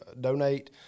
donate